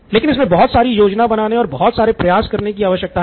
लेकिन इसमे बहुत सारी योजना बनाने और बहुत सारे प्रयास करने कि आवश्यकता है